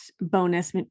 bonus